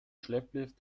schlepplift